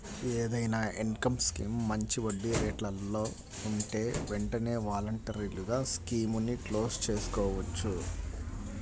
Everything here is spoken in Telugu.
ఏదైనా ఇన్కం స్కీమ్ మంచి వడ్డీరేట్లలో ఉంటే వెంటనే వాలంటరీగా స్కీముని క్లోజ్ చేసుకోవచ్చు